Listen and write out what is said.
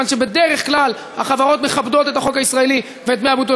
כיוון שבדרך כלל החברות מכבדות את החוק הישראלי ואת דמי הביטול,